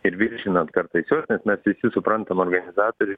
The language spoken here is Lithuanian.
ir žinot kartais jos nes mes visi suprantam organizatoriai